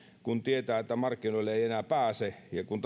kun tietää että markkinoille ei enää pääse ja kun